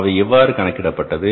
அவை எவ்வாறு கணக்கிடப்பட்டது